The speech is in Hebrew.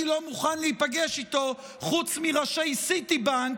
לא מוכן להיפגש איתו חוץ מראשי סיטי בנק,